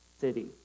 city